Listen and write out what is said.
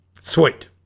Sweet